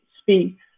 speaks